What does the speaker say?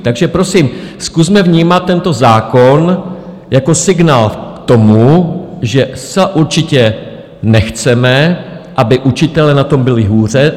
Takže prosím, zkusme vnímat tento zákon jako signál k tomu, že zcela určitě nechceme, aby učitelé na tom byli hůře.